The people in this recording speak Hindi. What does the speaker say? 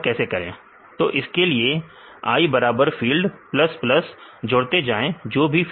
तो इसके लिए आई बराबर i फील्ड प्लस प्लस जोड़ते जाएं जो भी फील्ड चाहिए